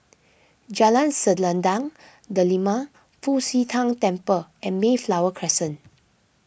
Jalan Selendang Delima Fu Xi Tang Temple and Mayflower Crescent